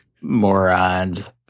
morons